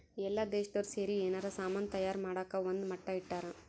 ಎಲ್ಲ ದೇಶ್ದೊರ್ ಸೇರಿ ಯೆನಾರ ಸಾಮನ್ ತಯಾರ್ ಮಾಡಕ ಒಂದ್ ಮಟ್ಟ ಇಟ್ಟರ